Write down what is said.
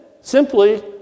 simply